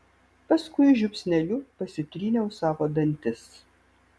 paskui žiupsneliu pasitryniau savo dantis